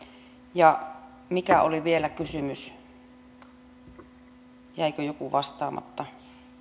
ja mikä kysymys oli vielä jäikö joku vastaamatta